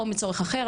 או מצורך אחר,